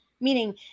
meaning